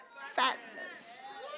fatness